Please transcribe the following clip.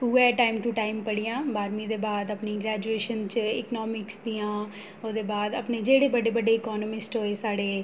उ'ऐ time to time पढ़ियां बार्हमीं दे बाद अपनी ग्रैजुएशन च इकनामिक्स दियां ओह्दे बाद अपने जेह्डे़ बड्डे बड्डे इकनामिस्ट होए साढ़े